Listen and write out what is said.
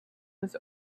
was